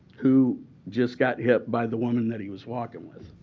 who just got hit by the woman that he was walking with.